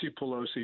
Pelosi